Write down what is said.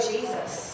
Jesus